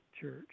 church